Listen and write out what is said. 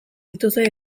dituzue